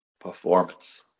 performance